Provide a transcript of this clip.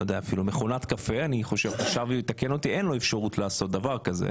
אפילו מכונת קפה החשב יתקן אותי אין לו אפשרות לעשות דבר כזה.